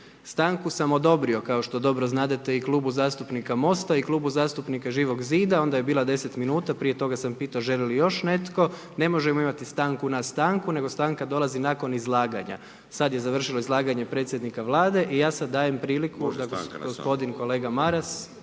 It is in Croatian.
Stanku sam odobrio kao što dobro znadete i Klubu zastupnika Mosta i Klubu zastupnika Živog zida, onda je bila 10 min, prije toga sam pitao želi li još netko. Ne možemo imati stanku na stanku, nego stanka dolazi nakon izlaganja. Sada je završio stanka predsjednika Vlade i ja sada dajem priliku, gospodin kolega Maras,